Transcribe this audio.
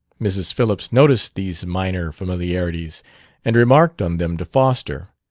mrs. phillips noticed these minor familiarities and remarked on them to foster,